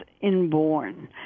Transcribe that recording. inborn